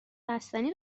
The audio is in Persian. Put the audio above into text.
بستنی